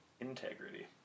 integrity